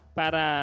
para